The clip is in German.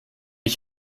ich